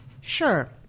Sure